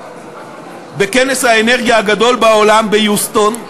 בכנס האנרגיה הגדול בעולם ביוסטון,